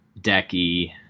Decky